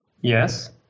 Yes